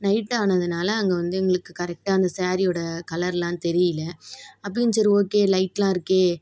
நைட்டானதினால அங்கே வந்து எங்களுக்கு கரெக்ட்டாக அந்த சாரீயோடய கலர்லாம் தெரியல அப்படியும் சரி ஓகே லைட்டெலாம் இருக்கே